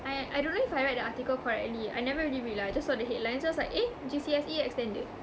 I I don't know if I read the article correctly I never really read lah I just saw the headlines it's like eh G_C_S_E extended